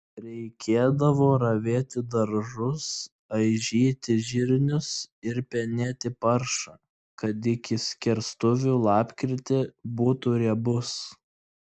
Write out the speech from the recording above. reikėdavo ravėti daržus aižyti žirnius ir penėti paršą kad iki skerstuvių lapkritį būtų riebus